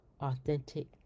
authentic